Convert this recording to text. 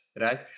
right